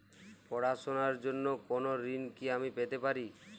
পড়াশোনা র জন্য কোনো ঋণ কি আমি পেতে পারি?